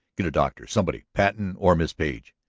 get a doctor, somebody patten or miss page.